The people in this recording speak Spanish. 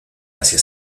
asia